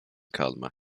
kalma